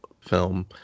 film